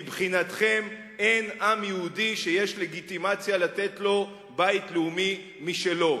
מבחינתכם אין עם יהודי שיש לגיטימציה לתת לו בית לאומי משלו.